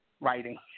writing